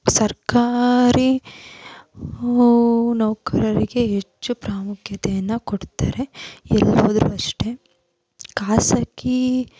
ಸರ್ಕಾರಿ ಓ ನೌಕರರಿಗೆ ಹೆಚ್ಚು ಪ್ರಾಮುಖ್ಯತೆಯನ್ನು ಕೊಡ್ತಾರೆ ಎಲ್ಲಿ ಹೋದರೂ ಅಷ್ಟೆ ಖಾಸಗಿ